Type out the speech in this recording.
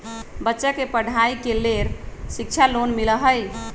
बच्चा के पढ़ाई के लेर शिक्षा लोन मिलहई?